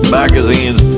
magazines